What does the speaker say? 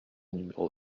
numéro